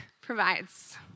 provides